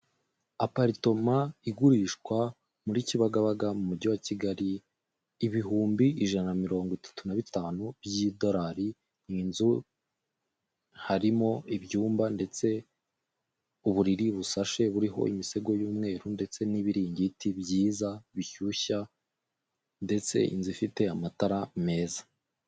Aparitoma igurishwa muri Kibagabaga mu mujyi wa Kigali, ibihumbi ijana na mirongo itatu na bitanu by'idolari, iyi nzu harimo ibyumba ndetse uburiri busashe buriho imisego y'umweru ndetse n'ibiringiti byiza bishyushya ndetse inzu ifite amatara meza.